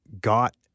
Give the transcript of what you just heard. got